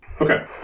Okay